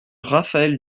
raphaël